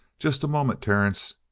just a moment, terence.